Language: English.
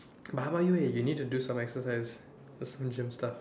but how about you eh you need to do some exercise like some gym stuff